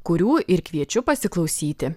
kurių ir kviečiu pasiklausyti